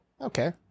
Okay